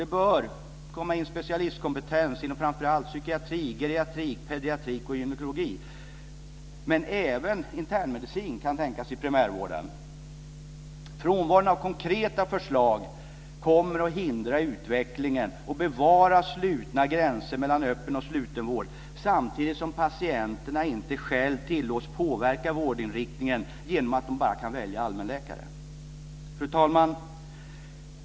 Det bör komma in specialistkompetens inom framför allt psykiatri, geriatrik, pediatrik och gynekologi, men även internmedicin kan tänkas i primärvården. Frånvaron av konkreta förslag kommer att hindra utvecklingen och bevara slutna gränser mellan öppen och slutenvård, samtidigt som patienterna inte själva tillåts påverka vårdinriktningen i och med att de bara kan välja allmänläkare. Fru talman!